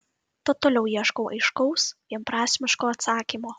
tad toliau ieškau aiškaus vienprasmiško atsakymo